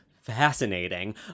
fascinating